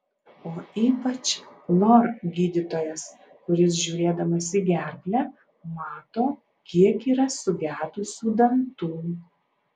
o ypač lor gydytojas kuris žiūrėdamas į gerklę mato kiek yra sugedusių dantų